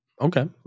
Okay